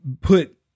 put